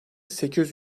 sekiz